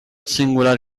singular